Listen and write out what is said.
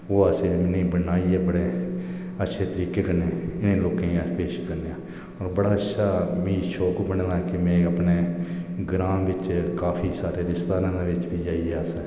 ओह् असें इनें गी बनाइयै बड़े अच्छे तरीके कन्नै इनें लोकें गी अस पेश करने आं बड़ा अच्छा मीं शोक बने दा कि में अपने ग्रां बिच काफी सारे रिश्तेदारें च जाइयै अस